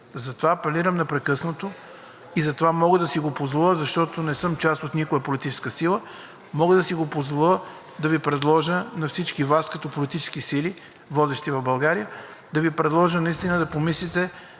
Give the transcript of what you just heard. Затова апелирам непрекъснато и мога да си го позволя, защото не съм част от никоя политическа сила, мога да си позволя да Ви предложа на всички Вас, като водещи политически сили в България, да Ви предложа наистина да помислите